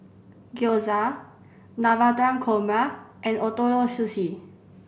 Gyoza Navratan Korma and Ootoro Sushi